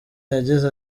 yagize